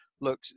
look